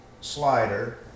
slider